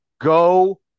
go